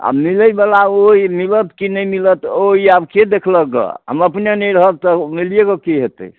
आब मिलैबला ओहि मिलत कि नहि मिलत ओ ई आबके देखलक गऽ हम अपने नहि रहब तऽ ओ मिलिए के की होयतैक